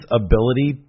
ability